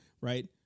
right